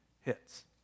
hits